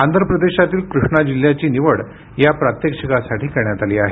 आंध्र प्रदेशातील कृष्णा जिल्ह्याची निवड या प्रात्यक्षिकासाठी करण्यात आली आहे